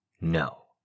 No